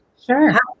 sure